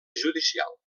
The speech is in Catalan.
judicial